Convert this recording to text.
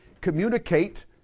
communicate